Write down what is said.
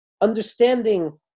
understanding